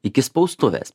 iki spaustuvės